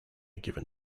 given